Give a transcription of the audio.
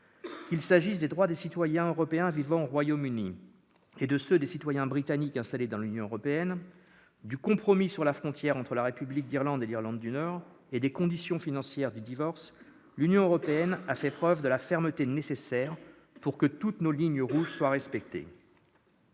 Qu'il s'agisse des droits des citoyens européens vivant au Royaume-Uni et de ceux des citoyens britanniques installés dans l'Union européenne, du compromis sur la frontière entre la République d'Irlande et l'Irlande du Nord et des conditions financières du divorce, l'Union européenne a fait preuve de la fermeté nécessaire pour que toutes nos lignes rouges soient respectées.